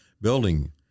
building